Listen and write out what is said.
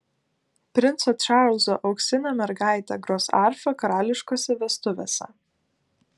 princo čarlzo auksinė mergaitė gros arfa karališkose vestuvėse